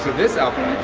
this outfit,